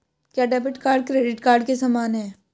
क्या debit card credit card के समान है?